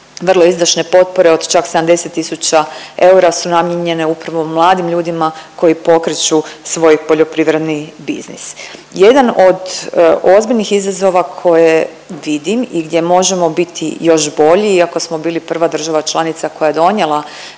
vrlo izdašne potpore od čak 70 tisuća eura su namijenjene upravo mladim ljudima koji pokreću svoj poljoprivredni biznis. Jedan od ozbiljnih izazova koje vidim i gdje možemo biti još bolji iako smo bili prva država članica koja je donijela